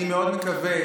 אני מאוד מקווה,